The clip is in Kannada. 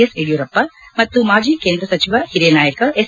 ಎಸ್ ಯಡಿಯೂರಪ್ಪ ಮತ್ತು ಮಾಜಿ ಕೇಂದ್ರ ಸಚಿವ ಹಿರಿಯ ನಾಯಕ ಎಸ್